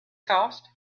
cost